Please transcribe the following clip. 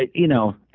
you know,